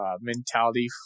mentality